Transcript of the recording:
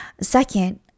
Second